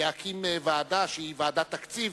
להקים ועדת תקציב,